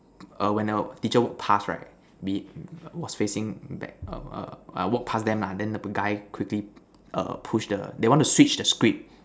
err when the teacher walk past right was facing back err err walk past them lah then the guy quickly err push the they want to Switch the script